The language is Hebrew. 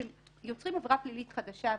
יוצרים עבירה פלילית חדשה,